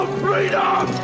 freedom